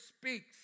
speaks